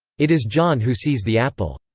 it is john who sees the apple.